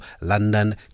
London